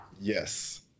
Yes